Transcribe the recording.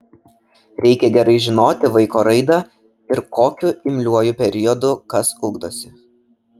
reikia gerai žinoti vaiko raidą ir kokiu imliuoju periodu kas ugdosi